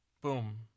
boom